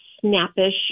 snappish